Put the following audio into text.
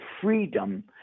freedom